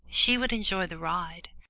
she would enjoy the ride,